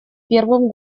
первым